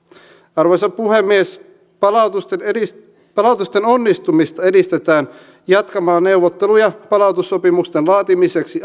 arvoisa puhemies palautusten palautusten onnistumista edistetään jatkamalla neuvotteluja palautussopimusten laatimiseksi